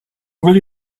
will